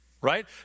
right